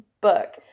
book